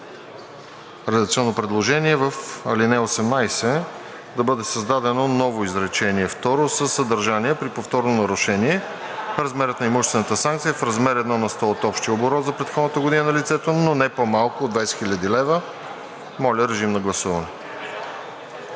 редакционно предложение е в ал. 18 да бъде създадено ново изречение второ със съдържание: „При повторно нарушение размерът на имуществената санкция в размер 1 на сто от общия оборот за предходната година на лицето, но не по-малко от 20 хил. лв.“ Това е редакционно